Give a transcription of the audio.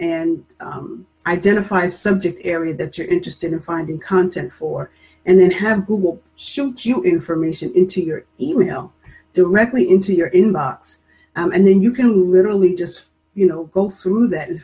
and identify subject area that you're interested in finding content for and then have who will shoot you information into your email directly into your inbox and then you can literally just you know go through that